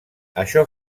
això